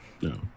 no